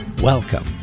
Welcome